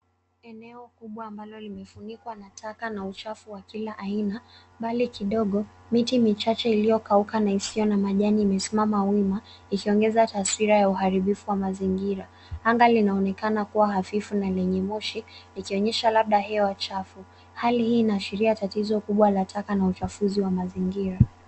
Eneo kubwa ambalo limefunikwa na taka na uchafu wa kila aina. Mbali kidogo miti michache iliyokauka na isiyo na majani imesimama wima ikiongeza taswira ya uharibifu wa mazingira. Anga linaonekana kuwa hafifu na lenye moshi likionyesha labda hewa chafu. Hali hii inaashiria tatizo kubwa la taka na uchafuzi wa mazingira.